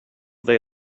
they